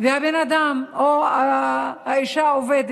אבל הביאה את